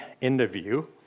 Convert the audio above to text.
interview